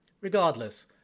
Regardless